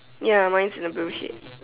ya mine is a blue shade